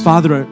Father